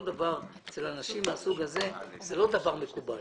אצל אנשים מהסוג הזה, זה לא דבר מקובל.